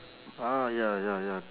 ah ya ya ya